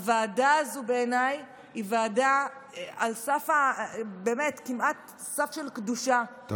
הוועדה הזו בעיניי היא ועדה על סף של קדושה, באמת.